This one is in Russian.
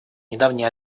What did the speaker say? недавний